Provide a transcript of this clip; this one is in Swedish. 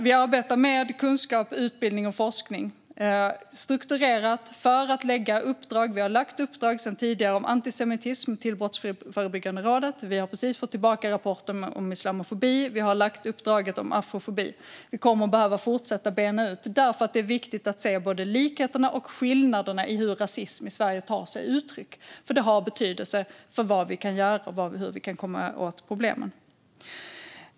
Vi arbetar strukturerat med kunskap, utbildning och forskning för att lägga ut uppdrag. Vi har tidigare lagt ut uppdrag om antisemitism till Brottsförebyggande rådet. Vi har precis fått tillbaka rapporten om islamofobi, och vi har lagt ut uppdraget om afrofobi. Vi kommer att behöva fortsätta att bena ut detta. Det är viktigt att se både likheterna och skillnaderna i hur rasism i Sverige tar sig uttryck, för det har betydelse för vad vi kan göra och hur vi kan komma åt problemen.